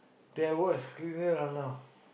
then I work as cleaner ah now